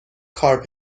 کار